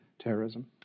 terrorism